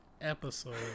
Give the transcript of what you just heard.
episode